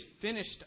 finished